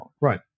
Right